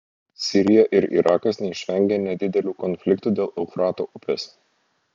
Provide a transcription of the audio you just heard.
sirija ir irakas neišvengė nedidelių konfliktų dėl eufrato upės